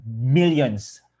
millions